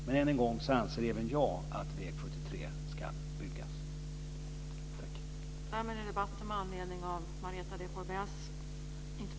Men än en gång anser även jag att väg 73 ska byggas ut.